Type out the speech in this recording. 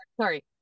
Sorry